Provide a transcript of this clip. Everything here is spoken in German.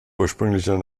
ursprünglicher